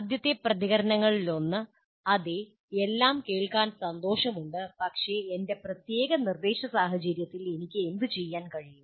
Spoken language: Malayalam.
ആദ്യത്തെ പ്രതികരണങ്ങളിലൊന്ന് അതെ എല്ലാം കേൾക്കാൻ സന്തോഷമുണ്ട് പക്ഷേ എന്റെ പ്രത്യേക നിർദ്ദേശ സാഹചര്യത്തിൽ എനിക്ക് എന്തുചെയ്യാൻ കഴിയും